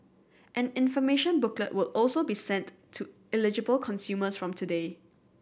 an information booklet will also be sent to eligible consumers from today